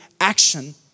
action